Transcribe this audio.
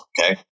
okay